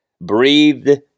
breathed